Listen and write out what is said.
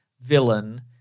villain